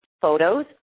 photos